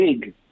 big